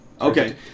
Okay